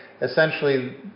Essentially